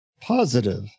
positive